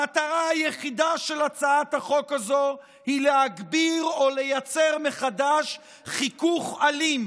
המטרה היחידה של הצעת החוק הזאת היא להגביר או לייצר מחדש חיכוך אלים